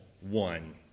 one